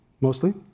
mostly